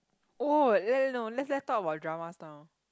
oh let's let's no let's talk about dramas now